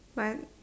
one